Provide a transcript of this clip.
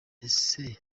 ese